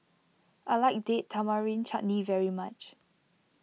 I like Date Tamarind Chutney very much